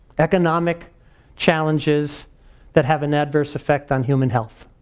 economic challenges that have an adverse effect on human health,